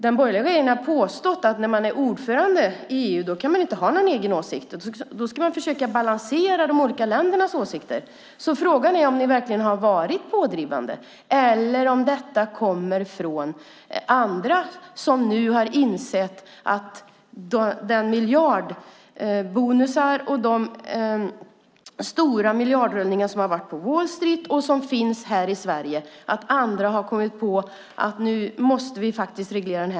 Den borgerliga regeringen har påstått att när man är ordförande i EU kan man inte ha en egen åsikt utan man ska försöka balansera de olika ländernas åsikter. Frågan är om ni verkligen har varit pådrivande eller om detta kommer från andra som nu har insett att marknaden måste regleras i fråga om miljardbonusar och miljardrullningar på Wall Street och i Sverige.